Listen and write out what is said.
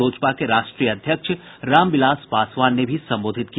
लोजपा के राष्ट्रीय अध्यक्ष रामविलास पासवान ने भी संबोधित किया